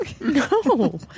no